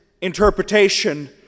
Interpretation